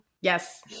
Yes